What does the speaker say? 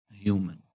human